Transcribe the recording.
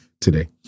today